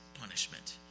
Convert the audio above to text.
punishment